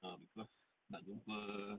ah because nak jumpa